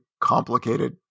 complicated